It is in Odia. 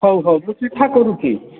ହଉ ହଉ ମୁଁ ଚିଠା କରୁଛି